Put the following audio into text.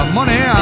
money